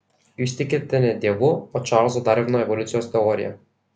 jūs tikite ne dievu o čarlzo darvino evoliucijos teorija